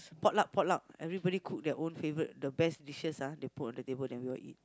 potluck potluck everybody cook their own favourite the best dishes ah they put on the table then we all eat